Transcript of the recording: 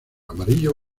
amarillo